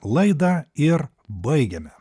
laidą ir baigiame